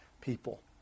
people